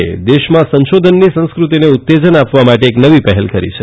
એ દેશમાં સંશોધનની સંસ્ક્રતિને ઉત્તેજન આપવા માટે એક નવી પહેલ કરી છે